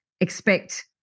expect